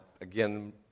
again